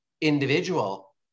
individual